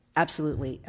absolutely.